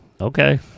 okay